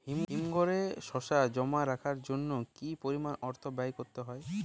হিমঘরে শসা জমা রাখার জন্য কি পরিমাণ অর্থ ব্যয় করতে হয়?